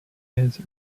his